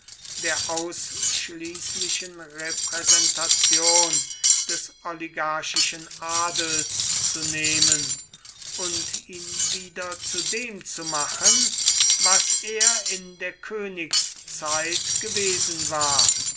der ausschließlichen repräsentation des oligarchischen adels zu nehmen und ihn wieder zu dem zu machen was er in der königszeit gewesen war